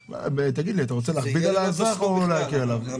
תגיד לי, אתה רוצה להכביד על האדם או להקל עליו?